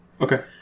Okay